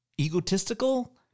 egotistical—